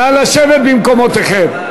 נא לשבת במקומותיכם.